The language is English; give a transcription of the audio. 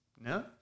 No